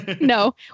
no